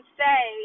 say